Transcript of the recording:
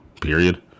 Period